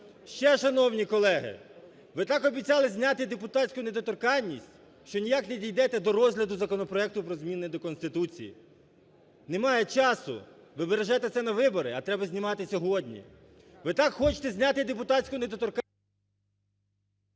Ще, шановні колеги. Ви так обіцяли зняти депутатську недоторканність, що ніяк не дійдете до розгляду законопроекту про зміни до Конституції. Немає часу. Ви бережете це на вибори, а треба знімати сьогодні. Ви так хочете зняти депутатську недоторканність…